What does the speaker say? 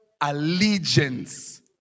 allegiance